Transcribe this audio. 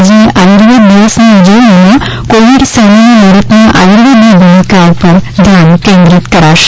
આજની આયુર્વેદ દિવસની ઉજવણીમાં કોવિડ સામેની લડતમાં આયુર્વેદની ભૂમિકા પર ધ્યાન કેન્દ્રીત કરાશે